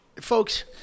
folks